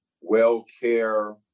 well-care